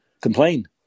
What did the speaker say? complain